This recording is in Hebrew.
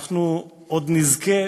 אנחנו עוד נזכה